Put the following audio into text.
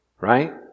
Right